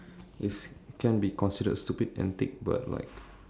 is can be considered stupid antic but like